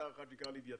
אתר אחד שנקרא לווייתן,